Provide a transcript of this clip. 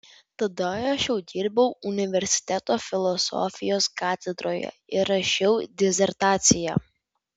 tada aš jau dirbau universiteto filosofijos katedroje ir rašiau disertaciją